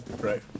right